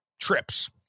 trips